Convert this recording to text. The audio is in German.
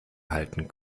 halten